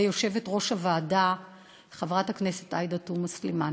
יושבת-ראש הוועדה חברת הכנסת עאידה תומא סלימאן.